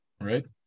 right